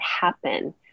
happen